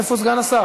איפה סגן השר?